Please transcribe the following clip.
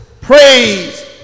praise